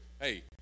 hey